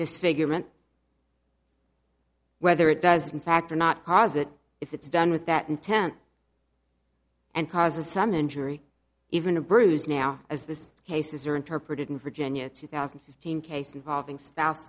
disfigurement whether it does in fact or not cause it if it's done with that intent and causes some injury even a bruise now as the cases are interpreted in virginia two thousand and fifteen case involving spouse